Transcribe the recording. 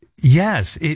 Yes